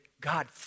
God